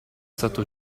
stato